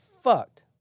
fucked